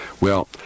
Well